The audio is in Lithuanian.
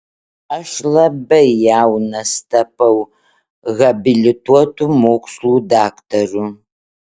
aš labai jaunas tapau habilituotu mokslų daktaru